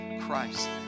Christ